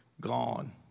gone